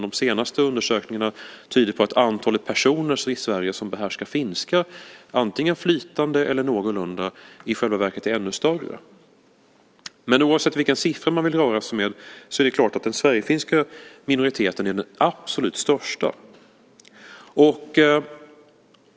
De senaste undersökningarna tyder på att antalet personer i Sverige som behärskar finska, antingen flytande eller någorlunda, i själva verket är ännu större. Oavsett vilken siffra man vill röra sig med är det dock klart att den sverigefinska minoriteten är den absolut största.